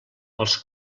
els